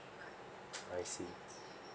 I see